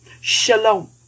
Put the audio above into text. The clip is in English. Shalom